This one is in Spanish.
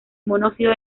monóxido